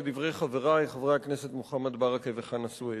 לדברי חברי חברי הכנסת מוחמד ברכה וחנא סוייד.